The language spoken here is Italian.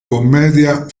commedia